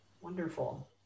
wonderful